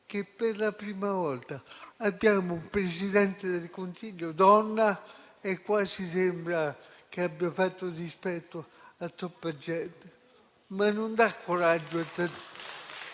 che per la prima volta abbiamo un Presidente del Consiglio donna e quasi sembra che abbia fatto dispetto a troppa gente? Ma non dà coraggio a